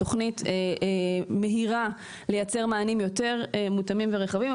בתכנית מהירה לייצר מענים יותר מותאמים ורחבים,